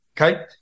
Okay